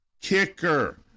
kicker